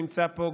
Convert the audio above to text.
שנמצא פה,